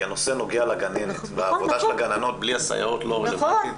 הנושא נוגע לגננת והעבודה של הגננות בלי הסייעות לא רלוונטית.